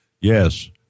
Yes